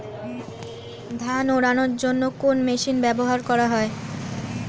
ধান উড়ানোর জন্য কোন মেশিন ব্যবহার করা হয়?